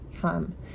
Come